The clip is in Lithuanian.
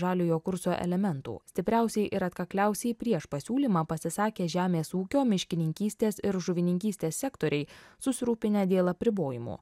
žaliojo kurso elementų stipriausiai ir atkakliausiai prieš pasiūlymą pasisakė žemės ūkio miškininkystės ir žuvininkystės sektoriai susirūpinę dėl apribojimų